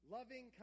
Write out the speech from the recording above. Loving